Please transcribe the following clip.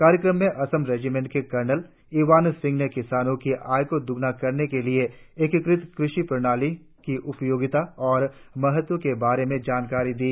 कार्यक्रम में असम रेजिमेंट के कर्नल इवान सिंह ने किसानों कि आय को दोगुना करने के लिए एकीकृत कृषि प्रणाली की उपयोगिता और महत्व के बारे में जानकारी दी